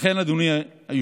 לכן, אדוני היושב-ראש,